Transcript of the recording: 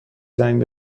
زنگ